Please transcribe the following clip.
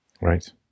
Right